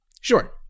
Sure